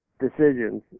decisions